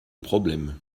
problème